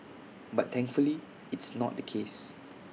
but thankfully it's not the case